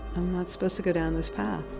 not supposed to go down this path.